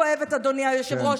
האמת כואבת, אדוני היושב-ראש.